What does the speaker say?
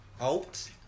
out